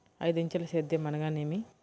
ఐదంచెల సేద్యం అనగా నేమి?